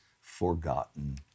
forgotten